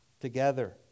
together